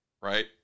Right